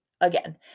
Again